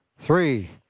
three